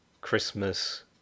Christmas